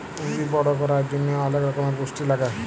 উদ্ভিদ বড় ক্যরার জন্হে অলেক রক্যমের পুষ্টি লাগে